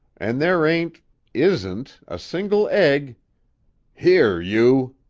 and there ain't isn't a single egg here, you!